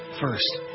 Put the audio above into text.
First